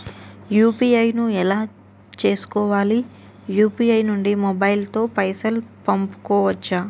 UPI ను ఎలా చేస్కోవాలి యూ.పీ.ఐ నుండి మొబైల్ తో పైసల్ పంపుకోవచ్చా?